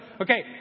Okay